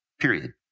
period